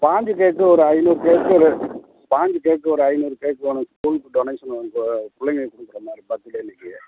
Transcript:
sponge cake ஒரு ஐந்நூறு cake ஒரு ஸ்பாஞ்சு கேக்கு ஒரு ஐந்நூறு கேக்கு வேணும் ஸ்கூலுக்கு டொனேஷன் இந்த பிள்ளைங்களுக்கு கொடுக்கற மாதிரி பர்த்து டே அன்றைக்கி